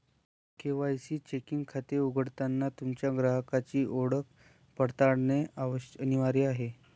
KYC checking खाते उघडताना तुमच्या ग्राहकाची ओळख पडताळणे अनिवार्य आहे